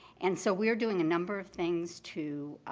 and so we're doing a number of things to,